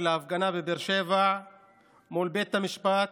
להפגנה בבאר שבע מול בית המשפט